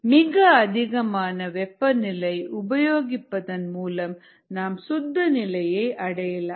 மிக அதிகமான வெப்பநிலை உபயோகிப்பதன் மூலம் நாம் சுத்த நிலையை அடையலாம்